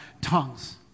tongues